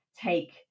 take